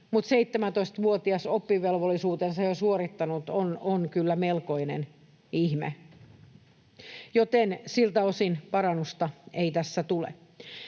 Mutta 17-vuotias oppivelvollisuutensa jo suorittanut on kyllä melkoinen ihme, joten siltä osin parannusta ei tässä tule.